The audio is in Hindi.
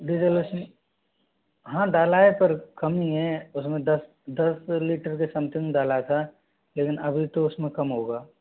डीजल उसमें हाँ डाला है पर कम ही है उसमें दस दस लीटर के समथिंग डाला था लेकिन अभी तो उसमें कम होगा